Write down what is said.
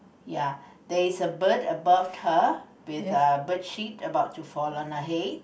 ya there is a bird above her with uh bird shit about to fall on her head